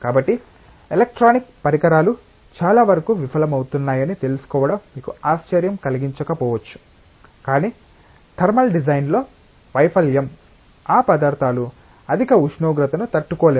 కాబట్టి ఎలక్ట్రానిక్ పరికరాలు చాలావరకు విఫలమవుతున్నాయని తెలుసుకోవడం మీకు ఆశ్చర్యం కలిగించకపోవచ్చు కాని థర్మల్ డిజైన్లో వైఫల్యం ఆ పదార్థాలు అధిక ఉష్ణోగ్రతను తట్టుకోలేవు